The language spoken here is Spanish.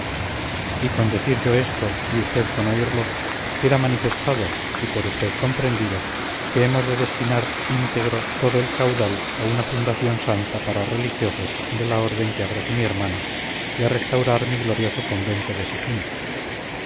y con decir yo esto y usted con oírlo queda manifestado y por usted comprendido que hemos de destinar íntegro todo el caudal a una fundación santa para religiosos de la orden que abrace mi hermano y a restaurar mi glorioso convento de sigena